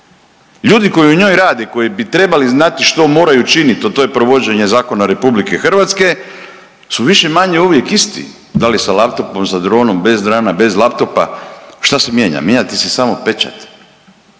Ljudi koji u njoj rade i koji bi trebali znati što moraju činiti, a to je provođenje zakona RH su više-manje uvijek isti, da li sa laptopom, sa dronom, bez drona, bez laptopa. Šta se mijenja? Mijenja ti se samo pečat.